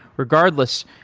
regardless,